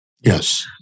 Yes